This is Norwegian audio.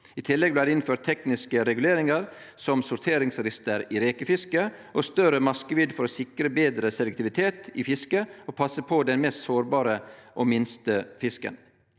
I tillegg blei det innført tekniske reguleringar, som sorteringsrister i rekefisket og større maskevidd, for å sikre betre selektivitet i fisket og passe på den mest sårbare og minste fisken.